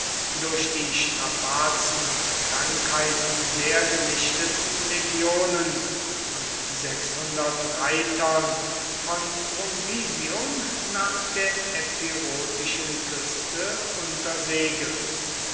durch die strapazen und krankheiten sehr gelichteten legionen und reitern von brundisium nach der epirotischen küste unter segel